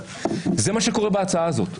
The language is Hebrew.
זה מה שקורה בהצעת החוק הזאת.